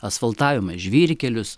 asfaltavome žvyrkelius